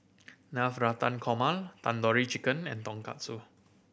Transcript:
Navratan Korma Tandoori Chicken and Tonkatsu